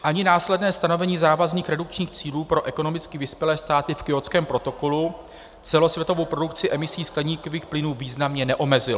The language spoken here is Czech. Ani následné stanovení závazných redukčních cílů pro ekonomicky vyspělé státy v Kjótském protokolu celosvětovou produkci emisí skleníkových plynů významně neomezilo.